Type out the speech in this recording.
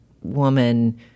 woman